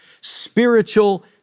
spiritual